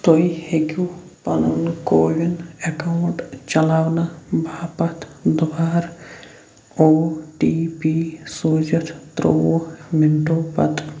تُہۍ ہیٚکِو پنُن کووِن اکاؤنٛٹ چلاونہٕ باپتھ دُبارٕ او ٹی پی سوٗزِتھ ترٛووُہ مِنٹو پتہٕ